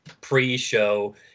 pre-show